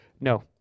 no